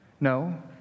no